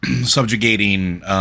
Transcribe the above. subjugating